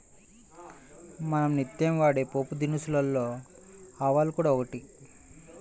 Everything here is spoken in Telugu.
మనం నిత్యం వాడే పోపుదినుసులలో ఆవాలు కూడా ఒకటి